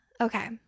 Okay